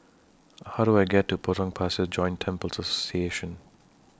How Do I get to Potong Pasir Joint Temples Association